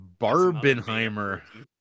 Barbenheimer